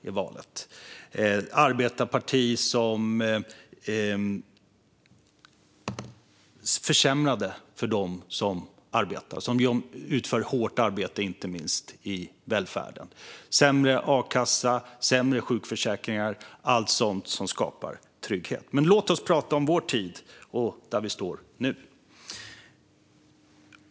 Det var ett arbetarparti som försämrade för dem som arbetar, för dem som utför hårt arbete inte minst i välfärden, genom sämre a-kassa, sämre sjukförsäkring och sådant som skapar trygghet. Men låt oss prata om vår tid, där vi står nu.